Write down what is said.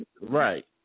Right